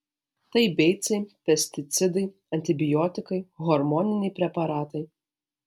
tai beicai pesticidai antibiotikai hormoniniai preparatai